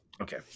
Okay